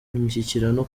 imishyikirano